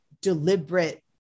deliberate